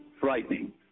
frightening